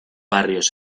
barrios